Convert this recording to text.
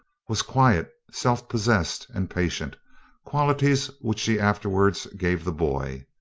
was quiet, self-possessed, and patient qualities which she afterwards gave the boy.